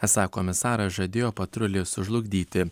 esą komisaras žadėjo patrulį sužlugdyti